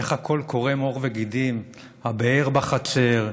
איך הכול קורם עור וגידים: הבאר בחצר,